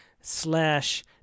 slash